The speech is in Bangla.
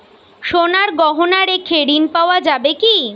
সোনার গহনা রেখে ঋণ পাওয়া যাবে কি?